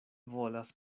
volas